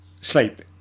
sleep